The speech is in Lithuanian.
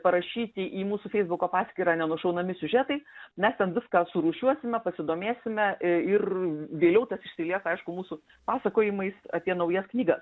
parašyti į mūsų feisbuko paskyrą nenušaunami siužetai mes ten viską surūšiuosime pasidomėsime ir vėliau tas išsilies aišku mūsų pasakojimais apie naujas knygas